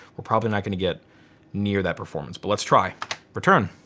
we're probably not gonna get near that performance. but let's try. return.